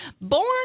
born